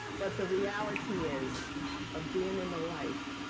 but the reality is of being in the life